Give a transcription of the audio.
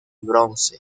bronce